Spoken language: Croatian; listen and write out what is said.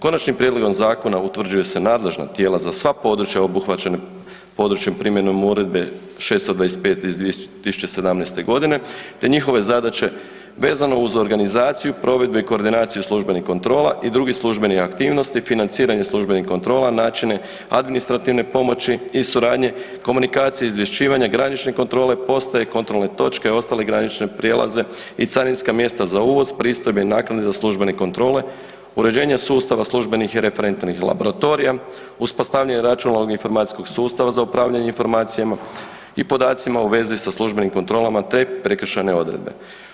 Konačnim prijedlogom zakona utvrđuju se nadležna tijela za sva područja obuhvaćena područjem primjenom Uredbe 625 iz 2017.g. te njihove zadaće vezano uz organizaciju, provedbe i koordinaciju službenih kontrola i drugih službenih aktivnosti, financiranje službenih kontrola, načine administrativne pomoći i suradnje, komunikacije izvješćivanja, granične kontrole, postaje kontrolne točke ostale granične prijelaze i carinska mjesta za uvoz, pristojbe i naknade za službene kontrole, uređenje sustava i referentnih laboratorija, uspostavljanje računalnog i informacijskog sustava za upravljanje informacijama i podacima u vezi sa službenim kontrolama te prekršajne odredbe.